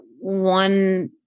one